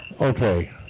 okay